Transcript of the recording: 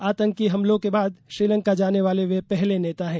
आतंकी हमलों के बाद श्रीलंका जाने वाले वे पहले नेता हैं